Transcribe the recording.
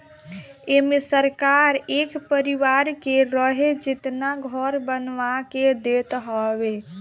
एमे सरकार एक परिवार के रहे जेतना घर बना के देत हवे